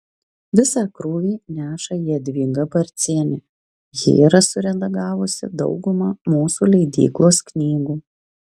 visą krūvį neša jadvyga barcienė ji yra suredagavusi daugumą mūsų leidyklos knygų